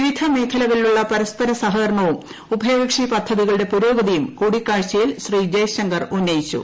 വിവിധ മേഖലകളിലുള്ള പരസ്പര സഹകരണവും ഉഭയകക്ഷി പദ്ധതികളുടെ പുരോഗതിയും കൂടിക്കാഴ്ചയിൽ ശ്രീ ജയശങ്കർ ഉന്നയിച്ചു